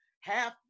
half